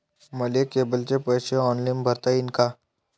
मले केबलचे पैसे ऑनलाईन भरता येईन का?